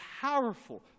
powerful